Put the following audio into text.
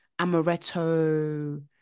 amaretto